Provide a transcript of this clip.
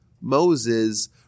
Moses